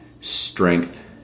strength